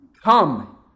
Come